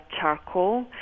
charcoal